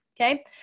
okay